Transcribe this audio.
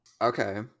Okay